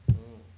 oh